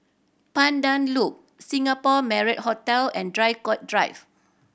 Pandan Loop Singapore Marriott Hotel and Draycott Drive